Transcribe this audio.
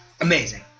amazing